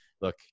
Look